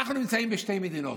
אנחנו נמצאים בשתי מדינות.